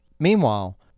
Meanwhile